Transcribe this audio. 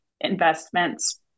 investments